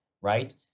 right